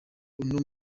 uno